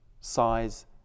size